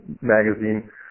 magazine